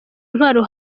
intwaro